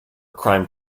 crime